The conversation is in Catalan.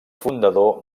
fundador